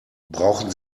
brauchen